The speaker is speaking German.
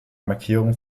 markierung